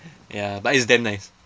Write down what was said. ya but it's damn nice